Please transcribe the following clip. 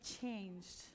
changed